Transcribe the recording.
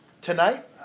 tonight